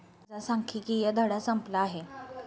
माझा सांख्यिकीय धडा संपला आहे